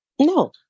No